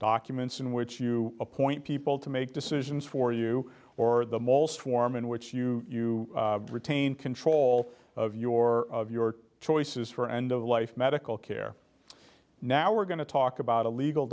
documents in which you appoint people to make decisions for you or the form in which you you retain control of your of your choices for end of life medical care now we're going to talk about a legal